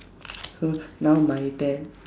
now my turn